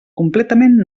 completament